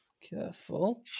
Careful